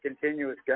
continuous